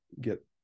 get